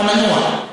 אתה מנוע.